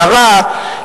להרע,